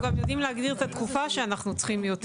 אנחנו גם יודעים להגדיר את התקופה שאנחנו צריכים יותר.